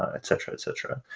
ah etc, etc